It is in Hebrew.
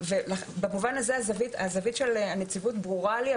במובן הזה הזווית של הנציבות ברורה לי,